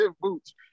boots